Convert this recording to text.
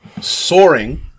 soaring